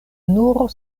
nur